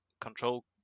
control